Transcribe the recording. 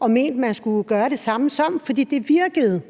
og ment man skulle gøre det samme som, fordi det virkede